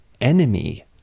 enemy